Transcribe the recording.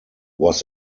was